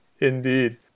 Indeed